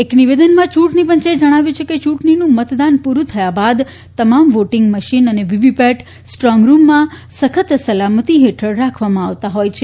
એક નિવેદનમાં ચૂંટણીપંચે જણાવ્યું છે કે ચૂંટણીનું મતદાન પૂરૂં થયા બાદ તમામ વોટીંગ મશીન અને વીવીપેટ સ્ટ્રોંગરૂમમાં સપ્ન સલામતિ હેઠળ રાખવામાં આવતા હોય છે